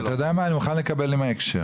אתה יודע מה, אני מוכן לקבל עם ההקשר.